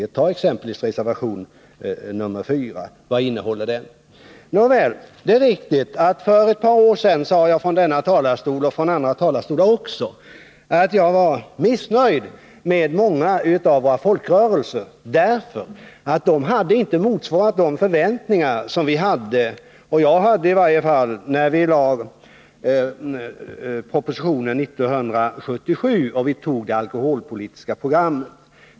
Ta exempelvis reservation nr 4 — vad innehåller den? Nåväl, det är riktigt att jag för ett par år sedan från denna och andra talarstolar sade att jag var missnöjd med många av våra folkrörelser, därför att de inte hade motsvarat de förväntningar som i varje fall jag hade när vi lade fram propositionen 1977 och när vi antog det alkoholpolitiska programmet.